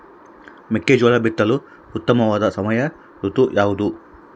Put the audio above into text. ಮೆಕ್ಕೆಜೋಳ ಬಿತ್ತಲು ಉತ್ತಮವಾದ ಸಮಯ ಋತು ಯಾವುದು?